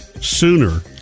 sooner